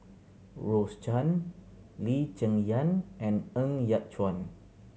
Rose Chan Lee Cheng Yan and Ng Yat Chuan